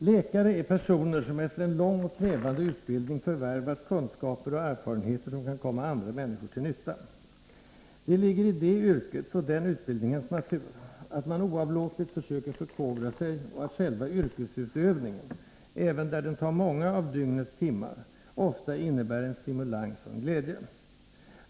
Läkare är personer, som efter en lång och krävande utbildning förvärvat kunskaper och erfarenheter, som kan komma andra människor till nytta. Det ligger i det yrkets och den utbildningens natur att man oavlåtligt försöker förkovra sig och att själva yrkesutövningen — även där den tar många av dygnets timmar i anspråk — ofta innebär en stimulans och en glädje.